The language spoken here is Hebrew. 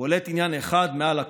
בולט עניין אחד מעל הכול: